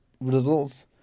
results